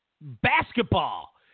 basketball